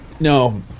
No